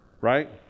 right